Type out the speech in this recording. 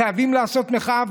חייבים לעשות מחאה,